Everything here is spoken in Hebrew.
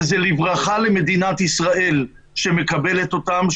וזה לברכה למדינת ישראל שמקבלת אותם,